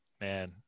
man